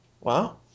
wow